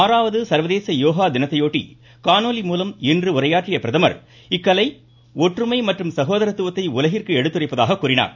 ஆறாவது சர்வதேச யோகா தினத்தையொட்டி காணொலி மூலம் இன்று உரையாற்றிய பிரதமா் இக்கலை ஒற்றுமை மற்றும் சகோதரத்துவத்தை உலகிற்கு எடுத்துரைப்பதாக கூறினார்